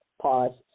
pause